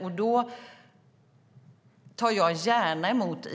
Jag tar gärna emot